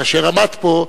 כאשר עמד פה,